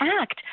act